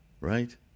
right